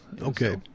Okay